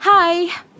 Hi